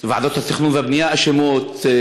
ועדות התכנון והבנייה אשמות,